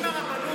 אם הרבנות מאשרת,